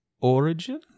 origin